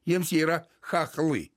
jiems yra chachly